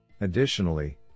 Additionally